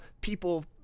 people